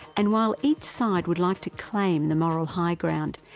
and while each side would like to claim the moral high ground,